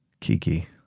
Kiki